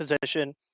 position